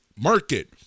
market